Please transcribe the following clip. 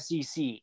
SEC